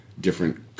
different